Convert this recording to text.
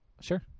Sure